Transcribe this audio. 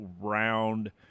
round –